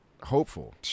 hopeful